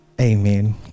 amen